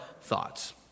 thoughts